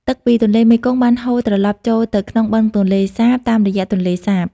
ទឹកពីទន្លេមេគង្គបានហូរត្រឡប់ចូលទៅក្នុងបឹងទន្លេសាបតាមរយៈទន្លេសាប។